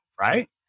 Right